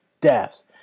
deaths